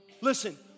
Listen